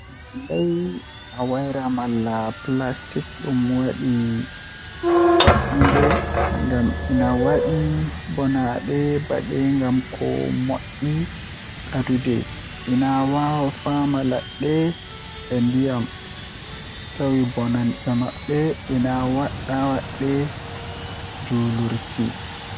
Handai a waira malla Plastik ɗum waɗi faaɓnude ngam ina waɗi bonanɗe baɗe nden ko moƴƴi e daguɗe. Ina waawaa faama ladde e ndiyam, tawi bonanɗe maɓɓe ina waɗa waɗde njulirde.